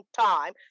time